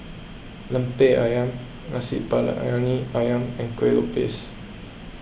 Lemper Ayam Nasi Briyani Ayam and Kuih Lopes